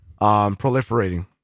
proliferating